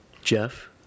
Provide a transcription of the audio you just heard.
Jeff